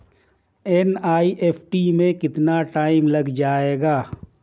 NEFT में कितना time लग जाएगा?